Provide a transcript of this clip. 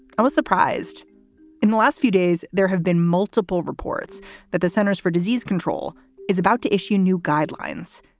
i was surprised in the last few days, there have been multiple reports that the centers for disease control is about to issue new guidelines,